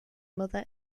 mother